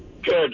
Good